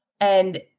And-